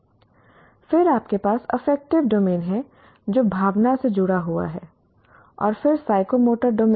फिर आपके पास अफेक्टिव डोमेन है जो भावना से जुड़ा हुआ है और फिर साइकोमोटर डोमेन